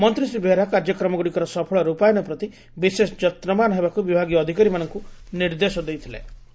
ମନ୍ତୀ ଶ୍ରୀ ବେହେରା କାର୍ଯ୍ୟଗ୍ରମଗୁଡ଼ିକର ସଫଳ ର୍ପାୟନ ପ୍ରତି ବିଶେଷ ଯତ୍ବାନ ହେବାକୁ ବିଭାଗୀୟ ଅଧିକାରୀମାନଙ୍କୁ ନିର୍ଦ୍ଦେଶ ଦେଇଥିଳେ